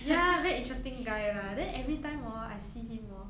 ya very interesting guy lah then everytime hor I see him hor